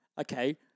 Okay